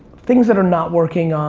things that are not working, um